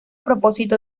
propósito